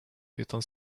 utan